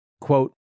Quote